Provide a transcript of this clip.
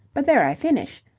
but there i finish.